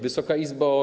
Wysoka Izbo!